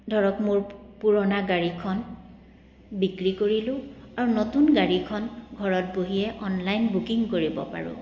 ধৰক মোৰ পুৰণা গাড়ীখন বিক্ৰী কৰিলোঁ আৰু নতুন গাড়ীখন ঘৰত বহিয়ে অনলাইন বুকিং কৰিব পাৰোঁ